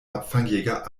abfangjäger